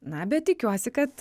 na bet tikiuosi kad